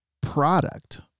product